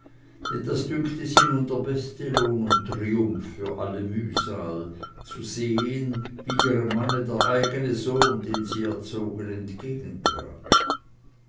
denn das dünkte sie nun der beste lohn und triumph für alle mühsal zu sehen wie ihrem manne der eigene sohn den sie erzogen